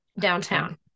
downtown